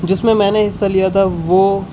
جس میں میں نے حصہ لیا تھا وہ